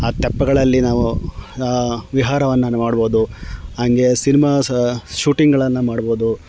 ಆ ತೆಪ್ಪಗಳಲ್ಲಿ ನಾವು ವಿಹಾರವನ್ನು ಮಾಡ್ಬೋದು ಹಂಗೆ ಸಿನಿಮಾ ಸಹ ಶೂಟಿಂಗಳನ್ನು ಮಾಡ್ಬೋದು